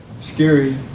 scary